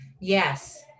Yes